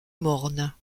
morne